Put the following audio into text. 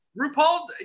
RuPaul